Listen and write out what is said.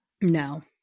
No